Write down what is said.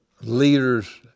leaders